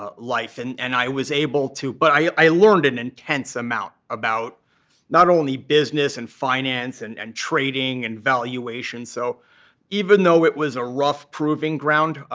ah life. and and i was able to, but i learned an intense amount about not only business, and finance, and and trading, and valuation. so even though it was a rough proving ground,